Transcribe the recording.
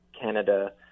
Canada